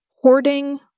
hoarding